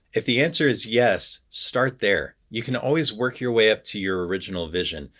if the answer is yes, start there. you can always work your way up to your original vision,